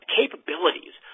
capabilities